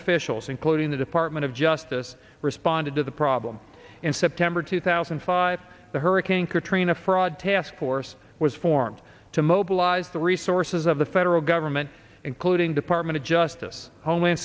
officials including the department of justice responded to the problem in september two thousand and five hurricane katrina fraud task force was formed to mobilize the resources of the federal government including department of justice homeland